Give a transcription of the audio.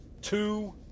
two